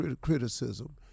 criticism